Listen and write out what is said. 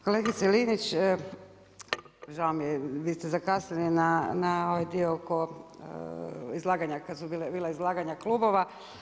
Kolegice Linić, žao mi je, vi ste zakasnili na ovaj dio oko izlaganja, kad su bila izlaganja klubova.